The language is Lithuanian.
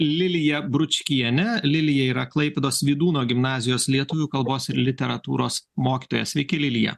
lilija bručkienė lilija yra klaipėdos vydūno gimnazijos lietuvių kalbos ir literatūros mokytoja sveiki lilija